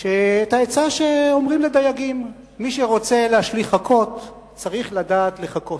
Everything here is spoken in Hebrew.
את העצה שאומרים לדייגים: מי שרוצה להשליך חכות צריך לדעת לחכות.